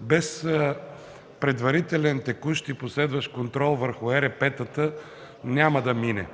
без предварителен текущ и последващ контрол върху ЕРП-тата няма да мине.